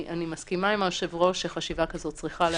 אני מסכימה עם היושב-ראש שחשיבה כזאת צריכה להיעשות,